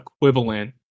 equivalent